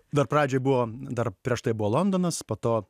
dar pradžioj buvo dar prieš tai buvo londonas po to